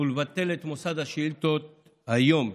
ולבטל את מוסד השאילתות היום,